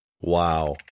Wow